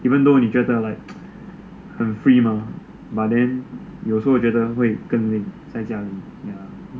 even though 你觉得 like 很 free mah but 有时候会觉得更累在家里